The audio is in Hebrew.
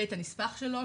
ואת הנספח שלו,